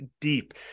deep